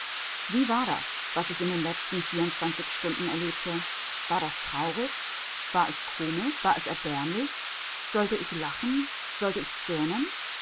wie war das was ich in den letzten vierundzwanzig stunden erlebte war das traurig war es komisch war es erbärmlich sollte ich lachen sollte ich zürnen